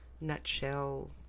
nutshell